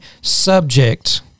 subject